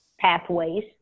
pathways